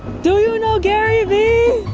do you know gary vee?